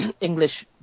english